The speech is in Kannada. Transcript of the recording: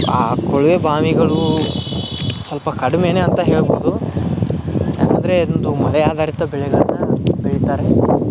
ಆ ಕೊಳವೆ ಬಾವಿಗಳು ಸ್ವಲ್ಪ ಕಡಿಮೆಯೇ ಅಂತ ಹೇಳ್ಬೋದು ಯಾಕಂದರೆ ಅದೊಂದು ಮಳೆಯಾಧಾರಿತ ಬೆಳೆಗಳನ್ನು ಬೆಳಿತಾರೆ